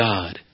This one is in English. God